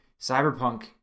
cyberpunk